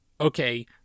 okay